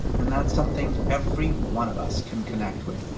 and that's something every one of us can connect with.